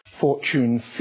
Fortune